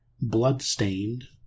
Bloodstained